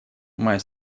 моя